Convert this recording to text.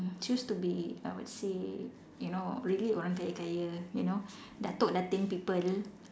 choose to be I would say you know really orang kaya kaya you know datuk datin people